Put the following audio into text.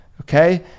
Okay